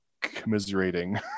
commiserating